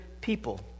people